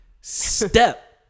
Step